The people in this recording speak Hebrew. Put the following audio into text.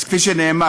אז כפי שנאמר,